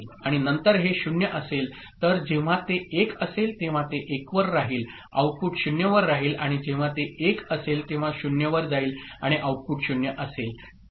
आणि नंतर हे 0 असेल तर जेव्हा ते 1 असेल तेव्हा ते 1 वर राहील आउटपुट 0 वर राहील आणि जेव्हा ते 1 असेल तेव्हा 0 वर जाईल आणि आउटपुट 0 असेल